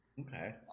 Okay